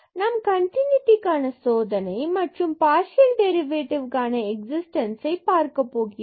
நாம் கன்டின்யூட்டிக்கான சோதனை மற்றும் பார்சியல் டெரிவேட்டிவ்களுக்கான எக்ஸிஸ்டன்ஸ்ஐ பார்க்கப் போகிறோம்